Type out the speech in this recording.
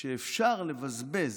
שאפשר לבזבז